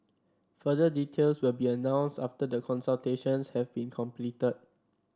further details will be announced after the consultations have been completed